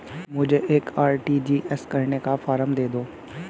मुझे एक आर.टी.जी.एस करने का फारम दे दो?